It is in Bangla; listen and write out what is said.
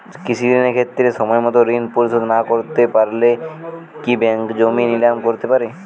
কৃষিঋণের ক্ষেত্রে সময়মত ঋণ পরিশোধ করতে না পারলে কি ব্যাঙ্ক জমি নিলাম করতে পারে?